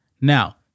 Now